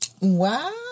Wow